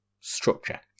structure